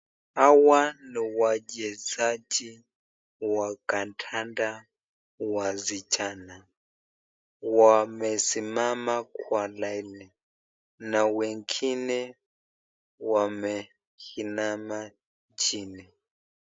Hawa ni wachezaji wa kandanda wasichana. Wamesimama kwa laini na wengine wameinama chini.